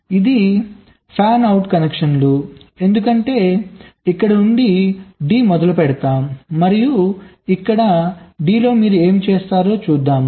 ఇది fan out కనెక్షన్లు ఎందుకంటే ఇక్కడ నుండి d ను మొదలుపెడతాం మరియు ఇక్కడ d లో మీరు ఏమి చేస్తారు చూద్దాం